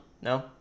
No